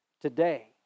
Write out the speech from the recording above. Today